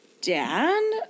Dan